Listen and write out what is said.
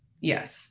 Yes